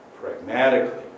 Pragmatically